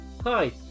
Hi